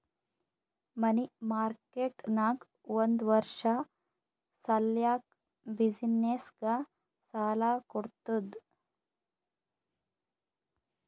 ಮನಿ market ನಾಗ್ ಒಂದ್ ವರ್ಷ ಸಲ್ಯಾಕ್ ಬಿಸಿನ್ನೆಸ್ಗ ಸಾಲಾ ಕೊಡ್ತುದ್